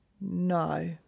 no